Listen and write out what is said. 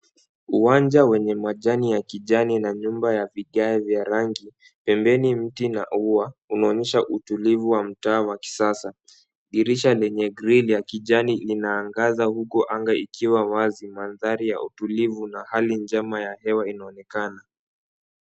Uwanja wenye majani ya kijani na nyumba ya vigae vya rangi. Pembeni mti na ua unaonesha utulivu wa mtaa wa kisasa. Dirisha lenye grill ya kijani inaangaza huku anga ikiwa wazi. Mandhari ya utulivu na hali njema ya hewa inaonekana.